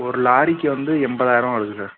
ஒரு லாரிக்கு வந்து எண்பதாயிரம் வருது சார்